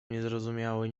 niezrozumiały